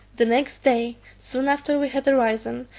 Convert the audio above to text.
the next day, soon after we had arisen,